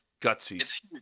Gutsy